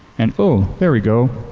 and oh, there we go!